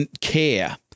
care